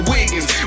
Wiggins